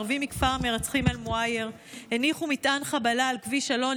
ערבים מכפר המרצחים אל-מוע'ייר הניחו מטען חבלה על כביש אלון,